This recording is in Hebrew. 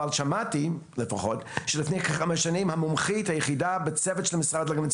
שמעתי שלפני כחמש שנים המומחית היחידה בצוות של המשרד להגנת